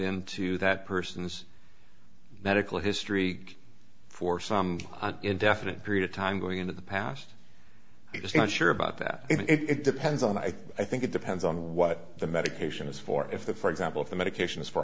into that person's medical history for some indefinite period of time going into the past just not sure about that it depends on i think it depends on what the medication is for if the for example if the medication is for